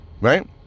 Right